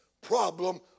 problem